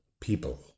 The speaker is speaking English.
People